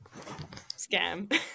scam